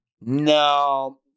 no